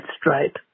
stripe